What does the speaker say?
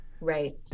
Right